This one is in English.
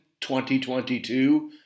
2022